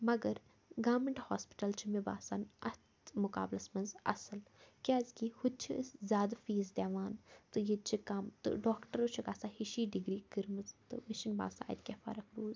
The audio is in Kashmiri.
مگر گورمیٚنٛٹ ہاسپِٹَل چھِ مےٚ باسان اَتھ مُقابلَس منٛز اصٕل کیٛازکہِ ہوٚتہِ چھِ أسۍ زیادٕ فیٖس دِوان تہٕ ییٚتہِ چھِ کَم تہٕ ڈاکٹرو چھَکھ آسان ہِشی ڈِگری کٔرمٕژ تہٕ مےٚ چھِنہٕ باسان اَتہِ کیٛاہ فرق روٗز